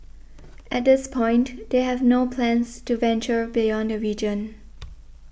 at this point they have no plans to venture beyond the region